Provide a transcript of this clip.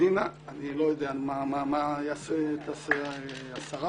אני לא יודע מה תעשה השרה,